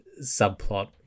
subplot